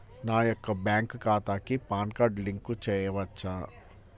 నా యొక్క బ్యాంక్ ఖాతాకి పాన్ కార్డ్ లింక్ చేయవచ్చా?